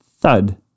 Thud